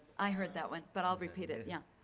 i heard that one but i'll repeat it. yeah.